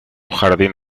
jardín